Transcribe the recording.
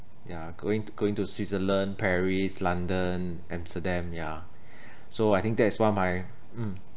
ya going to going to Switzerland Paris London Amsterdam ya so I think that's one of my mm